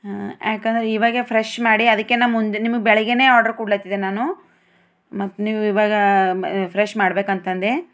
ಯಾಕಂದರೆ ಇವಾಗ ಫ್ರೆಶ್ ಮಾಡಿ ಅದಕ್ಕೆ ನಾನು ಮುಂದೇ ನಿಮಗೆ ಬೆಳಗ್ಗೆಯೇ ಆರ್ಡರ್ ಕೋಡ್ಲಾತಿದ್ದೆ ನಾನು ಮತ್ತೆ ನೀವು ಇವಾಗ ಫ್ರೆಶ್ ಮಾಡ್ಬೇಕಂತಂದೆ